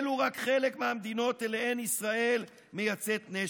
אלו רק חלק מהמדינות שאליהן ישראל מייצאת נשק.